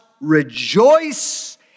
rejoice